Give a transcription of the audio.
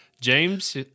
James